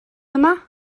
yma